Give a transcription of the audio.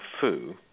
Fu